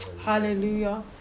Hallelujah